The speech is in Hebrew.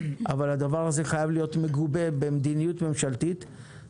אבל הדבר הזה חייב להיות מגובה במדיניות ממשלתית.